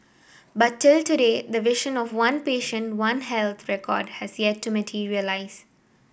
but till today the vision of one patient One Health record has yet to materialise